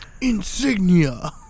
Insignia